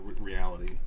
reality